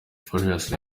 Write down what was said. farious